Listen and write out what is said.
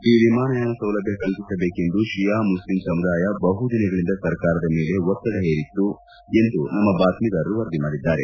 ಈ ವಿಮಾನಯಾನ ಸೌಲಭ್ಯ ಕಲ್ಪಿಸಬೇಕೆಂದು ಶಿಯಾ ಮುಸ್ಲಿಂ ಸಮುದಾಯ ಬಹುದಿನಗಳಿಂದ ಸರ್ಕಾರದ ಮೇಲೆ ಒತ್ತಡ ಹೇರಿತ್ತು ಎಂದು ನಮ್ನ ಬಾತ್ನೀದಾರರು ವರದಿ ಮಾಡಿದ್ದಾರೆ